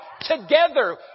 together